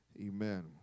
Amen